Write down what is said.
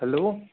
hello